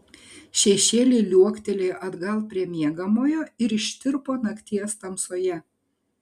šešėliai liuoktelėjo atgal prie miegamojo ir ištirpo nakties tamsoje